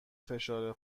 فشار